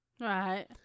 Right